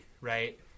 right